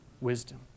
wisdom